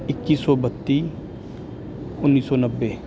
ਇੱਕੀ ਸੌ ਬੱਤੀ ਉੱਨੀ ਸੌ ਨੱਬੇ